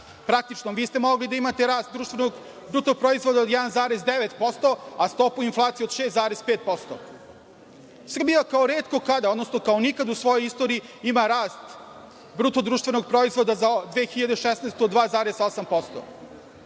Praktično, vi ste mogli da imate rast bruto društvenog proizvoda od 1,9% , a stopu inflacije od 6,5%.Srbija kao retko kada, odnosno kao nikada u svojoj istoriji, ima rast bruto društvenog proizvoda za 2016.